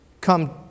come